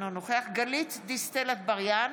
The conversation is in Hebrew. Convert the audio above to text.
אינו נוכח גלית דיסטל אטבריאן,